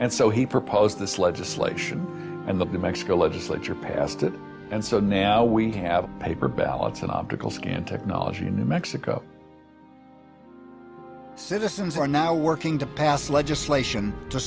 and so he proposed this legislation and the mexico legislature passed it and so now we have paper ballots and optical scan technology in mexico citizens are now working to pass legislation to